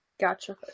Gotcha